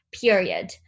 period